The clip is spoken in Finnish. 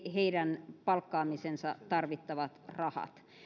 heidän palkkaamiseensa tarvittavat rahat